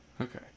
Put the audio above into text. okay